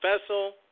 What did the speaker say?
Vessel